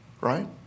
right